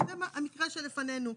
שזה המקרה שלפנינו?